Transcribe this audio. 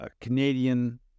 Canadian